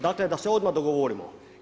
Dakle, da se odmah dogovorimo.